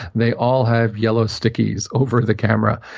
they all have yellow stickies over the camera.